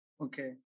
Okay